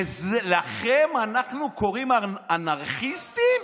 לכם אנחנו קוראים אנרכיסטים?